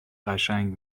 قشنگ